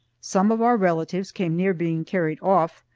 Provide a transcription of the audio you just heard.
some of our relatives came near being carried off,